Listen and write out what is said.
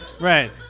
Right